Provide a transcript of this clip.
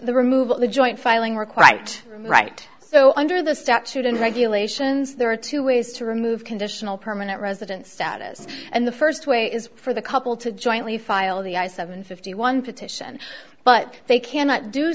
can remove the joint filing we're quite right so under the statute and regulations there are two ways to remove conditional permanent resident status and the first way is for the couple to jointly file the i seven fifty one petition but they cannot do